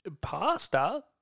pasta